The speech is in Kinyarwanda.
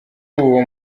uwo